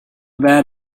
bat